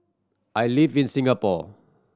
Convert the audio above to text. I live in Singapore